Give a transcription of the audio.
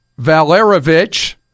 Valerovich